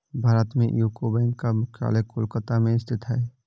भारत में यूको बैंक का मुख्यालय कोलकाता में स्थित है